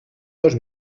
dos